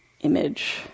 image